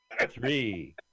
Three